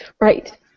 Right